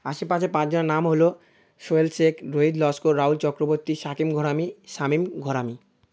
আশেপাশে পাঁচ জনের নাম হল সোহেল শেখ রোহিত লস্কর রাহুল চক্রবর্তী শাকিম ঘরামি শামীম ঘরামি